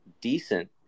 decent